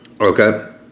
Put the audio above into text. Okay